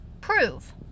prove